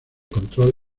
control